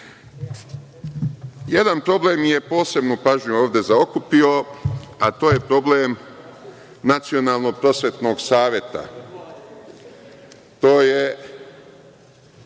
problem je posebnu pažnju ovde zaokupio, a to je problem Nacionalnog prosvetnog saveta. To je